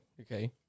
okay